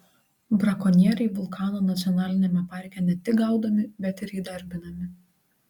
brakonieriai vulkano nacionaliniame parke ne tik gaudomi bet ir įdarbinami